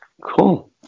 Cool